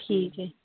ਠੀਕ ਹੈ